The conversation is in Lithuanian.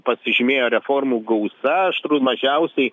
pasižymėjo reformų gausa aš turūt mažiausiai